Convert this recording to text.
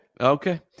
Okay